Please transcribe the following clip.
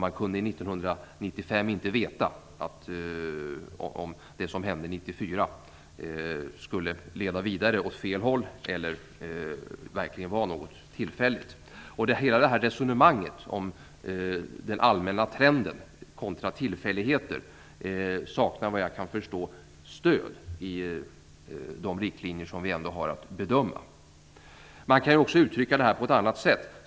Man kunde år 1995 inte veta om det som hände år 1994 skulle leda vidare åt fel håll eller verkligen vara något tillfälligt. Hela resonemanget om den allmänna trenden kontra tillfälligheter saknar såvitt jag kan förstå stöd i de riktlinjer vi ändå har att bedöma. Man kan också uttrycka detta på ett annat sätt.